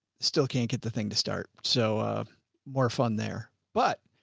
still can't get the thing to start. so a more fun there, but.